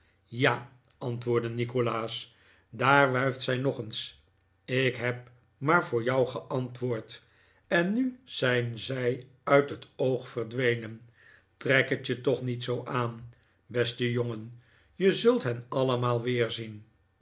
ja antwoordde nikolaas daar wuift zij nog eens ik heb maar voor jou geantwoord en nu zijn zij uit het oog verdwenen trek het je toch niet zoo aan beste jongen je zult hen allemaal weerzien